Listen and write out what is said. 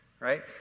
right